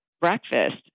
breakfast